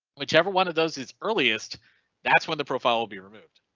whichever one of those is earliest that's when the profile will be removed.